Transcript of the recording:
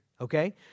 okay